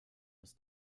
ist